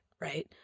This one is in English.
right